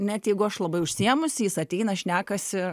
net jeigu aš labai užsiėmusi jis ateina šnekasi